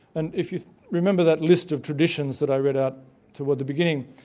and if you remember that list of traditions that i read out towards the beginning,